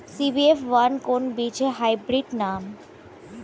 CBF one কোন বীজের hybrid নাম?